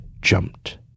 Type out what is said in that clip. jumped